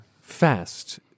fast